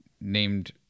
named